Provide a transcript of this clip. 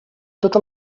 tota